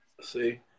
see